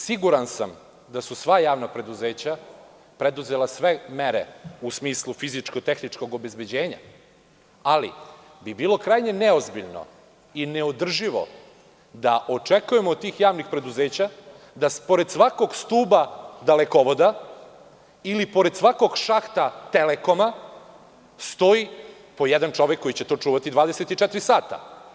Siguran sam da su sva javna preduzeća preduzela sve mere u smislu fizičko-tehničkog obezbeđenja, ali bi bilo krajnje neozbiljno i neodrživo da očekujemo od tih javnih preduzeća da pored svakog stuba dalekovoda ili svakog šahta „Telekoma“ stoji po jedan čovek koji će to čuvati 24 sata.